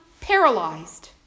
paralyzed